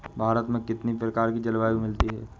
भारत में कितनी प्रकार की जलवायु मिलती है?